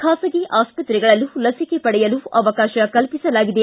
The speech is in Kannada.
ಖಾಸಗಿ ಆಸ್ಪತ್ರೆಗಳಲ್ಲೂ ಲಸಿಕೆ ಪಡೆಯಲು ಅವಕಾಶ ಕಲ್ಪಿಸಲಾಗಿದೆ